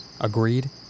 Agreed